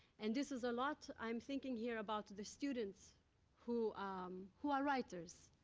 and this is a lot i'm thinking here about the students who who are writers,